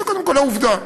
זו, קודם כול, העובדה.